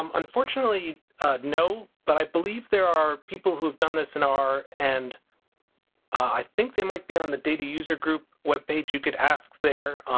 um unfortunately no. but i believe there are people who have done this in r and i think they might be on the data user group webpage. you could ask there.